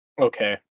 Okay